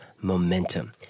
momentum